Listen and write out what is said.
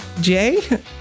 Jay